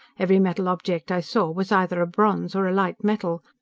every metal object i saw was either a bronze or a light metal.